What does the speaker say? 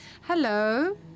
Hello